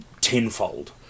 tenfold